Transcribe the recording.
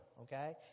okay